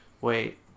Wait